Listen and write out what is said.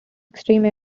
extreme